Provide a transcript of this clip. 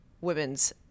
women's